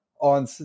on